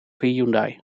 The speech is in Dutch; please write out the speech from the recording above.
hyundai